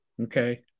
Okay